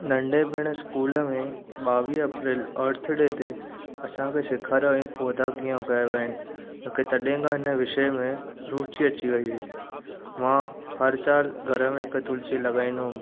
नंढे पिणि स्कूल में ॿावीह अप्रैल अर्थ डे ते असांखे सेखारियो हुई पौधा कीअं उगाइबा आहिनि मूंखे तॾहिं खां हिन विषय में रूची अची वेई हुई मां हर साल घर में हिकु तुलसी लॻाईंदो हुअमि